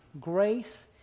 grace